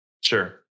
Sure